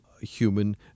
human